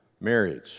marriage